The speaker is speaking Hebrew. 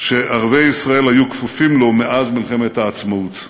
שערביי ישראל היו כפופים לו מאז מלחמת העצמאות.